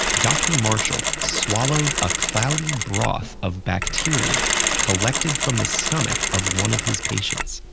dr. marshall swallowed a cloudy broth of bacteria collected from the stomach of one of his patients.